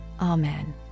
amen